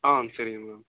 ஆ சரிங்க மேம்